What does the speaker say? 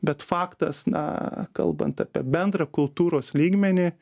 bet faktas na kalbant apie bendrą kultūros lygmenį